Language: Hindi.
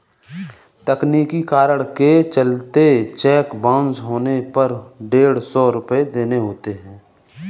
तकनीकी कारण के चलते चेक बाउंस होने पर डेढ़ सौ रुपये देने होते हैं